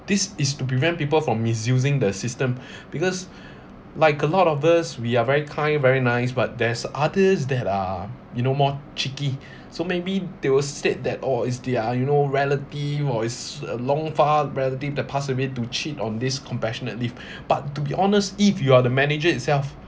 this is to prevent people from misusing the system because like a lot of us we are very kind very nice but there's others that are you know more tricky so maybe they will said that oh is their you know relative or is a long far relative that passed away to cheat on this compassionate leave but to be honest if you are the manager itself